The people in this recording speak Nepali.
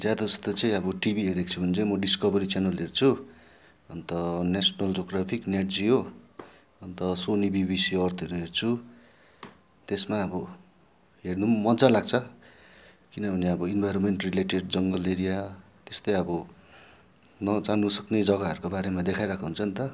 ज्यादा जस्तो चाहिँ अब टिभी हेरेक छु भने चाहिँ म डिस्कभारी च्यानल हेर्छु अन्त नेसनल जियोग्राफिक नेट जियो अन्त सोनी बिबिसीहरूतिर हेर्छु त्यसमा अब हेर्नु पनि मजा लाग्छ किनभने अब इनभाइरोन्मेन्ट रिलेटेड जङ्गल एरिया त्यस्तै अब नजानुसक्ने जग्गाहरको बारेमा देखाइरहेको हुन्छ नि त